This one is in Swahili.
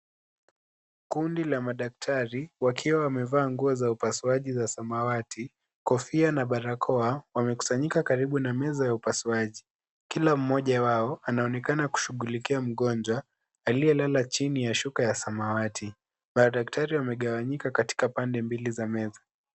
Kundi la madaktari wakiwa wamevaa nguo za upasuaji za samawati, Kofia na barakoa, wamekusanyika karibu na meza ya upasuaji, kila mmoja wao anaonekana kushughulikia mgonjwa aliyelala chini ya shuka ya samawati. Madaktari wamegawanyika katika pande mbili za meza.